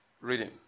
reading